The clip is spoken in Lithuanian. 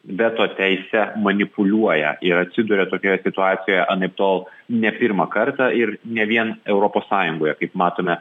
veto teise manipuliuoja ir atsiduria tokioje situacijoje anaiptol ne pirmą kartą ir ne vien europos sąjungoje kaip matome